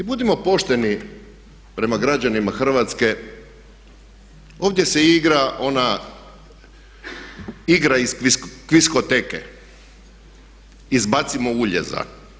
I budimo pošteni prema građanima Hrvatske, ovdje se igra ona igra iz Kviskoteke, izbacimo uljeza.